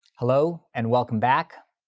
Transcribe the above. hello and welcome back.